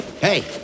Hey